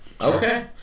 Okay